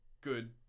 good